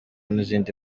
n’izindi